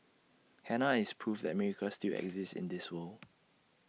Hannah is proof that miracles still exist in this world